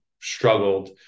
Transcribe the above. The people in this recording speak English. struggled